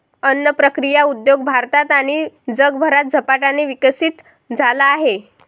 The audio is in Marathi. अन्न प्रक्रिया उद्योग भारतात आणि जगभरात झपाट्याने विकसित झाला आहे